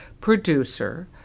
producer